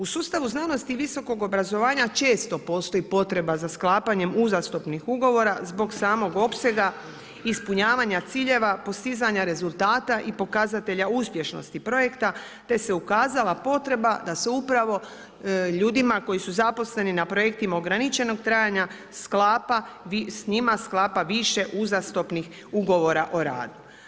U sustavu znanosti i visokog obrazovanja često postoji potreba za sklapanjem uzastopnih ugovora zbog samog opsega ispunjavanja ciljeva, postizanja rezultata i pokazatelja uspješnosti projekta te se ukazala potreba da se upravo ljudima koji su zaposleni na projektima ograničenog trajanja s njima sklapa više uzastopnih ugovora o radu.